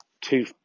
two